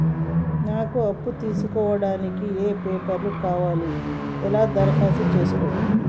నాకు అప్పు తీసుకోవడానికి ఏ పేపర్లు కావాలి ఎలా దరఖాస్తు చేసుకోవాలి?